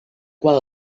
qual